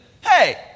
hey